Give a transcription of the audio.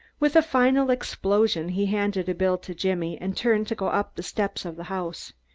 with a final explosion he handed a bill to jimmy and turned to go up the steps of the house.